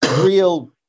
real